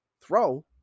throw